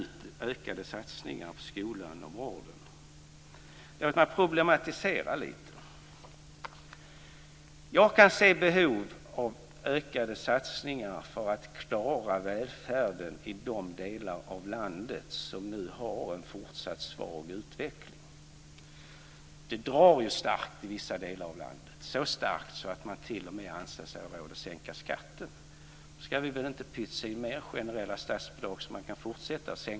Låt mig problematisera det något. Jag kan se behov av ökade satsningar för att klara välfärden i de delar av landet som har en fortsatt svag utveckling. Det drar starkt i vissa delar av landet, så starkt att man t.o.m. anser sig ha råd att sänka skatten.